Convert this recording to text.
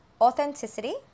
authenticity